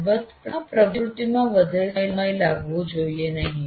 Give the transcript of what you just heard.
અલબત્ત આ પ્રવૃત્તિમાં વધુ સમય લાગવો જોઈએ નહીં